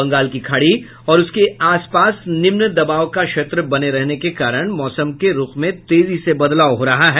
बंगाल की खाड़ी और उसके आस पास निम्न दबाव का क्षेत्र बने रहने के कारण मौसम के रूख में तेजी से बदलाव हो रहा है